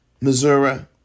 Missouri